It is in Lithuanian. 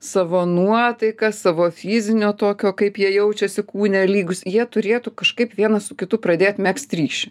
savo nuotaiką savo fizinio tokio kaip jie jaučiasi kūne lygūs jie turėtų kažkaip vienas su kitu pradėt megzt ryšį